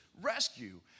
rescue